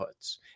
inputs